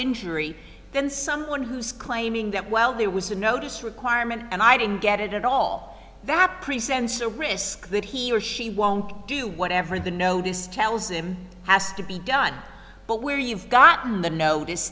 injury than someone who's claiming that while there was a notice requirement and i didn't get it at all that presents a risk that he or she won't do whatever the notice tells him has to be done but where you've gotten the notice